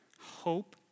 hope